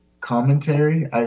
commentary